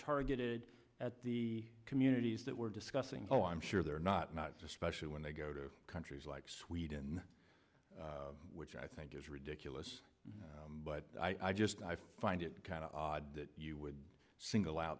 targeted at the communities that we're discussing so i'm sure they're not not specially when they go to countries like sweden which i think is ridiculous but i just i find it kind of odd that you would single out